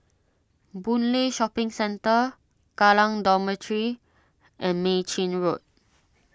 Boon Lay Shopping Centre Kallang Dormitory and Mei Chin Road